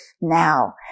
now